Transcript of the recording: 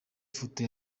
foto